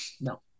No